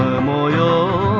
memorial.